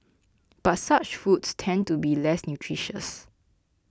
but such foods tend to be less nutritious